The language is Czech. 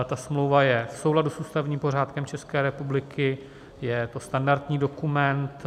Ta smlouva je v souladu s ústavním pořádkem České republiky, je to standardní dokument.